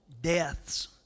deaths